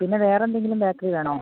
പിന്നെ വേറെ എന്തെങ്കിലും ബേക്കറി വേണോ